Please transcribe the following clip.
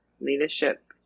leadership